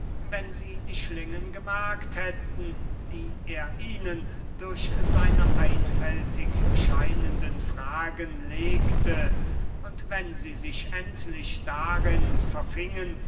wenn sie die schlingen gemerkt hätten die er ihnen durch seine einfältig scheinenden fragen legte und wenn sie sich endlich darin verfingen